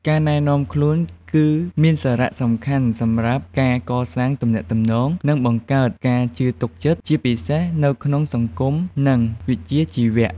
ការណែនាំខ្លួនគឺមានសារៈសំខាន់សម្រាប់ការកសាងទំនាក់ទំនង និងបង្កើតការជឿទុកចិត្ត ជាពិសេសនៅក្នុងសង្គម និងវិជ្ជាជីវៈ។